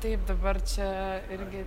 taip dabar čia irgi